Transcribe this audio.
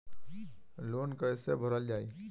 Loan कैसे भरल जाइ?